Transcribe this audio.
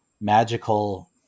magical